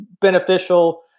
beneficial